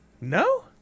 No